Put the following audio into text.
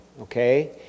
okay